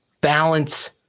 balance